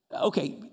Okay